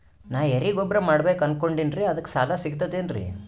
ನಾ ಎರಿಗೊಬ್ಬರ ಮಾಡಬೇಕು ಅನಕೊಂಡಿನ್ರಿ ಅದಕ ಸಾಲಾ ಸಿಗ್ತದೇನ್ರಿ?